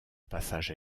passage